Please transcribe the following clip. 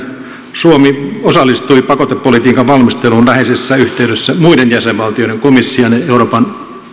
suomi osallistui pakotepolitiikan valmisteluun läheisessä yhteydessä muiden jäsenvaltioiden komission ja euroopan